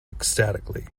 ecstatically